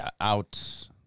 out